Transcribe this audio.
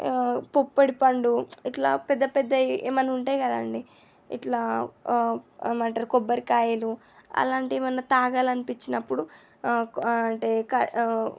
పుప్పడి పండు ఇట్లా పెద్ద పెద్దయి ఏమన్న ఉంటాయి కదండి ఇట్లా ఏమంటారు కొబ్బరికాయలు అలాంటివి మనం తాగాలనిపించినప్పుడు అంటే కా